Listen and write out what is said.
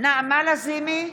נעמה לזימי,